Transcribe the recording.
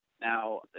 Now